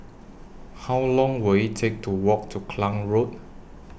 How Long Will IT Take to Walk to Klang Road